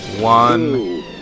one